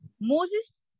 Moses